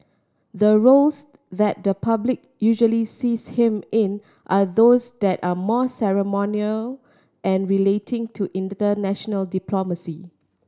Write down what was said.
the roles that the public usually sees him in are those that are more ceremonial and relating to international diplomacy